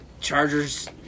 Chargers